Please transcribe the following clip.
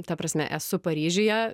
ta prasme esu paryžiuje